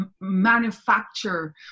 manufacture